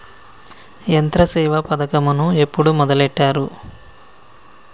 యంత్రసేవ పథకమును ఎప్పుడు మొదలెట్టారు?